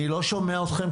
אני לא שומע אתכם,